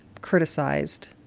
criticized